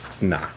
nah